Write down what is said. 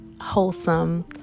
wholesome